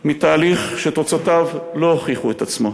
מתהליך שתוצאותיו לא הוכיחו את עצמו,